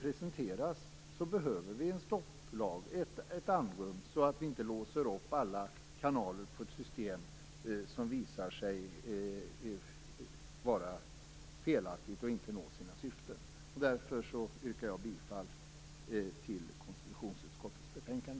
presenteras behöver vi en stopplag, ett andrum, så att vi inte låser upp alla kanaler i ett system som visar sig vara felaktigt och inte fyller sina syften. Därför yrkar jag bifall till konstitutionsutskottets betänkande.